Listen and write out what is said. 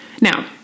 Now